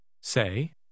Say